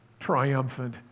triumphant